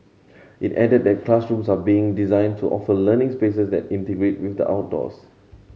it added that classrooms are being designed to offer learning spaces that integrate with the outdoors